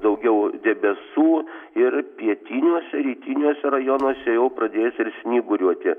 daugiau debesų ir pietiniuose rytiniuose rajonuose jau pradės ir snyguriuoti